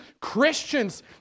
Christians